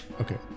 Okay